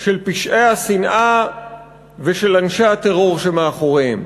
של פשעי השנאה ושל אנשי הטרור שמאחוריהם.